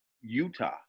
Utah